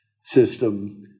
system